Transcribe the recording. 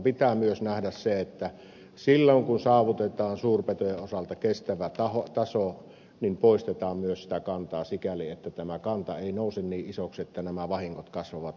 pitää myös nähdä se että silloin kun saavutetaan suurpetojen osalta kestävä taso niin poistetaan myös sitä kantaa niin että tämä kanta ei nouse niin isoksi että nämä vahingot kasvavat holtittomasti